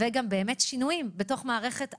וגם שינויים בתוך מערכת הבריאות.